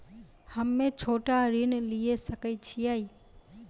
हम्मे छोटा ऋण लिये सकय छियै?